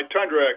Tundra